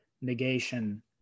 negation